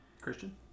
Christian